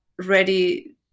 ready